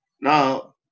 Now